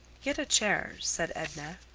get a chair, said edna.